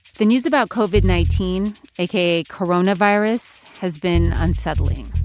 the news about covid nineteen, aka coronavirus, has been unsettling.